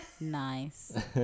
Nice